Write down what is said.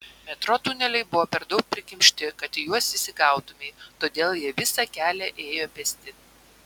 metro tuneliai buvo per daug prikimšti kad į juos įsigautumei todėl jie visą kelią ėjo pėsti